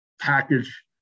package